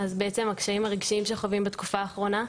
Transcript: הקשיים הרגשיים שחווים בתקופה האחרונה.